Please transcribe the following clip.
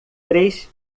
três